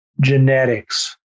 genetics